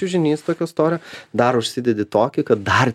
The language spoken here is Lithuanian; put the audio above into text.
čiužinys tokio storio dar užsidedi tokį kad dar